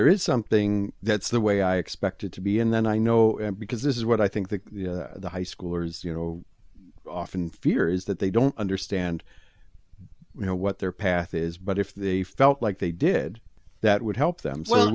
there is something that's the way i expected to be and then i know him because this is what i think that the high schoolers you know often fear is that they don't understand you know what their path is but if they felt like they did that would help them well